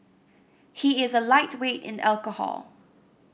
he is a lightweight in alcohol